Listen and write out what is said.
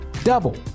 Double